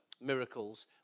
miracles